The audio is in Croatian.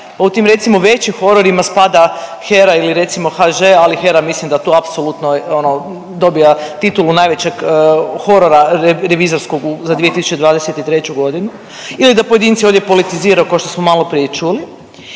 U tim recimo većim hororima spada HERA ili recimo HŽ, ali HERA mislim da tu apsolutno ono dobija titulu najvećeg horora revizorskog za 2023. godinu ili da pojedinci ovdje politiziraju ko što smo maloprije čuli